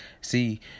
See